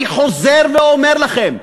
ואני חוזר ואומר לכם,